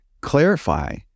clarify